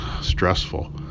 stressful